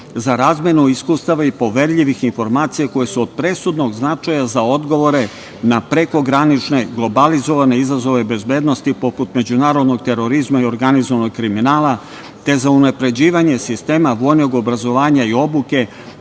za razmenu iskustava i poverljivih informacija koje su od presudnog značaja za odgovore na prekogranične globalizovane izazove bezbednosti, poput međunarodnog terorizma i organizovanog kriminala, te za unapređivanje sistema vojnog obrazovanje i obuke,